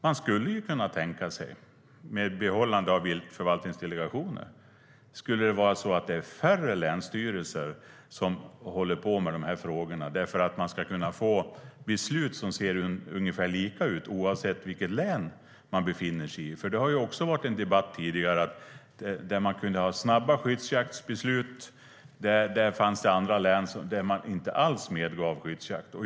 Man skulle kunna tänka sig, med behållande av Viltförvaltningsdelegationen, att ett färre antal länsstyrelser skulle hålla på med de här frågorna för att man ska kunna få beslut som ser ungefär lika ut, oavsett vilket län man befinner sig i. Tidigare har det också varit en debatt om att vissa län kunde ha snabba skyddsjaktsbeslut medan andra län inte alls medgav skyddsjakt.